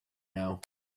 now